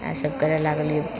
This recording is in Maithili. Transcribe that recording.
इएह सब करऽ लागलिऐ